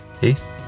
Peace